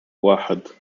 واحد